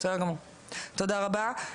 בסדר גמור, תודה רבה.